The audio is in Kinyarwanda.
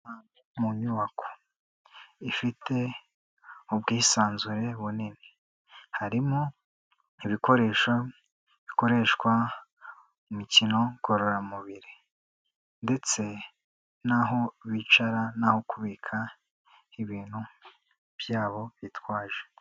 Mu nyubako ifite ubwisanzure bunini, harimo ibikoresho bikoreshwa mu mikino ngororamubiri ndetse n'aho bicara, n'aho kubika ibintu byabo bitwaje.